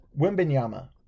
Wimbenyama